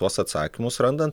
tuos atsakymus randan